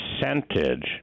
percentage